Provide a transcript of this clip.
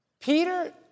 Peter